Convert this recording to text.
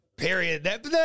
Period